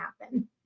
happen